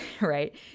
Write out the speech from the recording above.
right